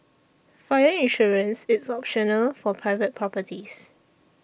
fire insurance is optional for private properties